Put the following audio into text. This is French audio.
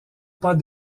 pas